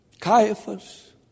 Caiaphas